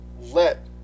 let